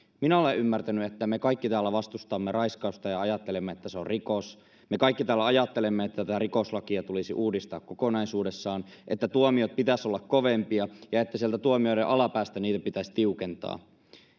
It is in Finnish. minä olen ymmärtänyt että me kaikki täällä vastustamme raiskausta ja ajattelemme että se on rikos me kaikki täällä ajattelemme että tätä rikoslakia tulisi uudistaa kokonaisuudessaan että tuomioiden pitäisi olla kovempia ja että sieltä tuomioiden alapäästä niitä pitäisi tiukentaa